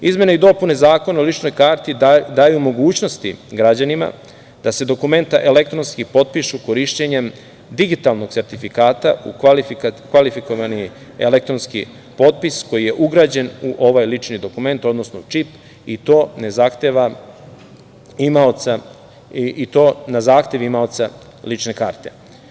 Izmene i dopune Zakona o ličnoj karti daju mogućnosti građanima da se dokumenta elektronski potpišu korišćenjem digitalnog sertifikata u kvalifikovani elektronski potpis, koji je ugrađen u ovaj lični dokument, odnosno čip i to na zahtev imaoca lične karte.